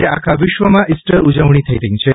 આજે આખા વિશ્વમાં ઇસ્ટર ઉજવણી થઈ રહી છે